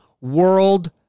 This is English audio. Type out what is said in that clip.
world